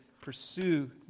pursue